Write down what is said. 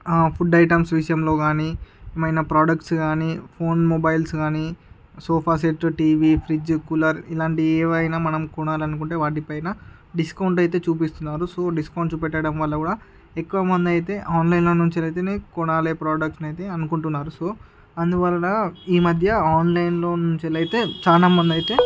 food items విషయంలో కాని ఏమైనా ప్రొడక్ట్స్ కాని ఫోన్ మొబైల్స్ కాని sofa set TV fridge cooler ఇలాంటి ఏవైనా మనం కొనాలనుకుంటే వాటిపైన డిస్కౌంట్ అయితే చూపిస్తున్నారు సో డిస్కౌంట్ చూపెట్టడం వల్ల కూడా ఎక్కువ మంది అయితే ఆన్లైన్లో నుంచి అయితేనే కొనాలి ప్రోడక్ట్ అనేది అనుకుంటున్నారు సో అందువల్ల ఈ మధ్య ఆన్లైన్లో నుంచి అయితే చాలా మంది అయితే